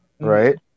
right